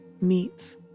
meets